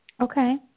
Okay